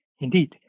Indeed